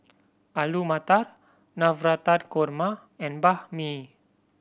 Alu Matar Navratan Korma and Banh Mi